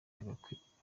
bagakwiye